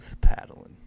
paddling